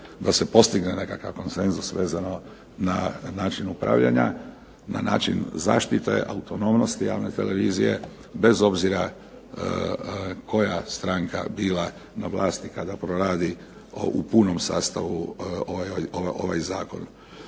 da se postigne nekakav konsenzus vezano na način upravljanja, na način zaštite autonomnosti javne televizije bez obzira koja stranka bila na vlasti kada proradi u punom sastavu ovaj Zakon.